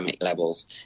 levels